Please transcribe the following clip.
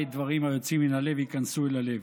דברים היוצאים מן הלב ייכנסו אל הלב.